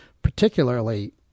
Particularly